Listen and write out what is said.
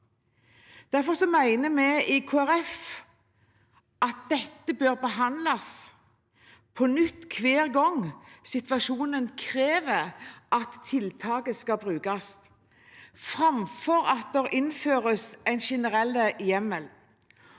Derfor mener vi i Kristelig Folkeparti at dette bør behandles på nytt hver gang situasjonen krever at tiltaket skal brukes, framfor at det innføres en generell hjemmel.